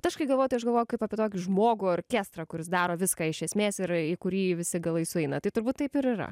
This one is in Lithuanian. tai aš kai galvoju tai aš galvoju kaip apie tokį žmogų orkestrą kuris daro viską iš esmėsir į kurį visi galai sueina tai turbūt taip ir yra